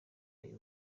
ayo